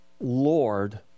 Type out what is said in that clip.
Lord